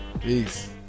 Peace